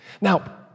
Now